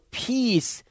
peace